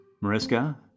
Mariska